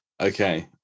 Okay